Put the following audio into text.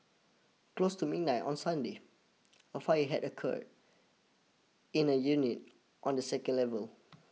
close to midnight on Sunday a fire had occurred in a unit on the second level